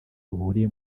ruhuriye